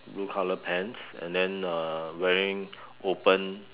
blue colour pants and then uh wearing open